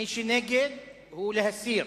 מי שנגד, הוא בעד להסיר.